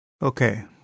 Okay